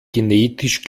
genetisch